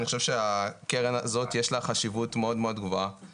אני חושב שהקרן הזו יש לה חשיבות מאוד מאוד גבוהה,